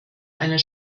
einer